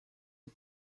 est